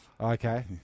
Okay